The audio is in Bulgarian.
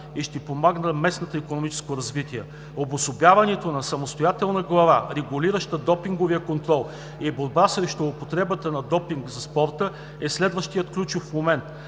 и ще помага на местното икономическо развитие. Обособяването на самостоятелна глава, регулираща допинговия контрол и борбата срещу употребата на допинг за спорта, е следващият ключов момент.